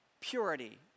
Purity